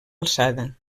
alçada